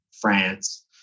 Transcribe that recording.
France